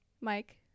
Mike